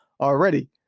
already